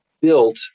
built